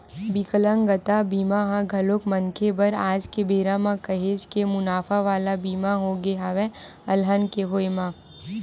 बिकलांगता बीमा ह घलोक मनखे बर आज के बेरा म काहेच के मुनाफा वाला बीमा होगे हवय अलहन के होय म